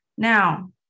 Now